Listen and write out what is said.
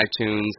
iTunes